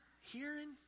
hearing